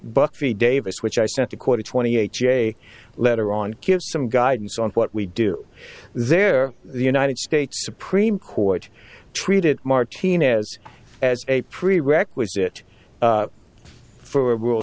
buffy davis which i spent a quarter twenty eight j letter on give some guidance on what we do there the united states supreme court treated martinez as a prerequisite for a ru